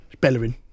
Bellerin